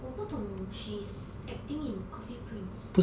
我不懂 she's acting in coffee prince